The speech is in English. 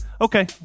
okay